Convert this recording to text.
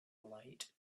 light